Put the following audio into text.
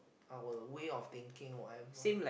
our way of thinking whatever